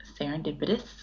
serendipitous